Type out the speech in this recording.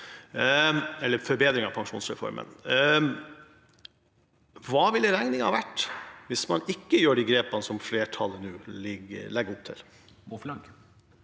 Hva ville regningen vært hvis man ikke tar de grepene som flertallet nå legger opp til?